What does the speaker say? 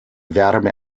wärme